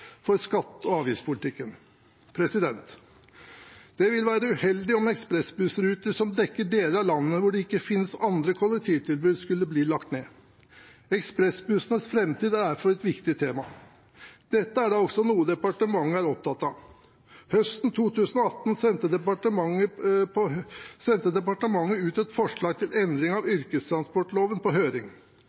for skatte- og avgiftspolitikken. Det ville være uheldig om ekspressbussruter som dekker deler av landet hvor det ikke finnes andre kollektivtilbud, skulle bli lagt ned. Ekspressbussenes framtid er derfor et viktig tema. Dette er da også noe departementet er opptatt av. Høsten 2018 sendte departementet ut et forslag til endring av yrkestransportloven på høring.